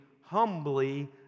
humbly